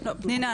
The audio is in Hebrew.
פנינה,